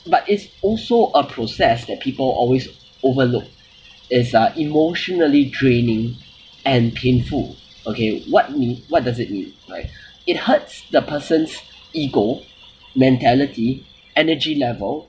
but it's also a process that people always overlooked it's uh emotionally draining and painful okay what me~ what does it mean alright it hurts the person's ego mentality energy level